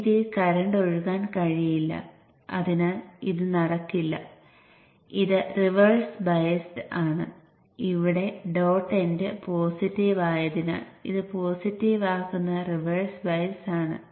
നിങ്ങൾക്ക് 0 minus Vin2 ആണ്